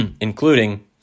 including